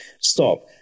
stop